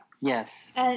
yes